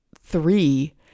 three